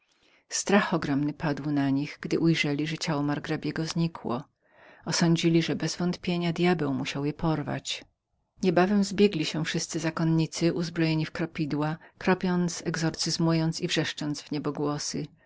strach ogromny padł na nich gdy ujrzeli że ciało margrabiego znikło osądzili że bezwątpienia djabeł musiał je porwać niebawem zbiegli się wszyscy zakonnicy uzbrojeni w kropidła kropiąc exorcyzując i wrzeszcząc w niebogłosy